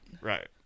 Right